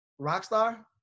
Rockstar